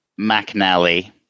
McNally